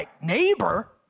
neighbor